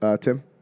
Tim